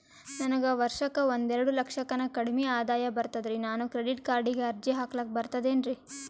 ನನಗ ವರ್ಷಕ್ಕ ಒಂದೆರಡು ಲಕ್ಷಕ್ಕನ ಕಡಿಮಿ ಆದಾಯ ಬರ್ತದ್ರಿ ನಾನು ಕ್ರೆಡಿಟ್ ಕಾರ್ಡೀಗ ಅರ್ಜಿ ಹಾಕ್ಲಕ ಬರ್ತದೇನ್ರಿ?